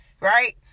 Right